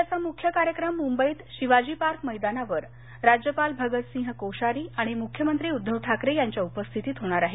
राज्याचा मुख्य कार्यक्रम मुंबईत शिवाजी पार्क मैदानावर राज्यपाल भगतसिंह कोश्यारी आणि मुख्यमंत्री उद्दव ठाकरेयांच्या उपस्थितीत होणार आहे